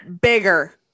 bigger